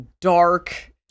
dark